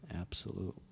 absolute